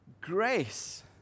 grace